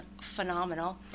phenomenal